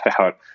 out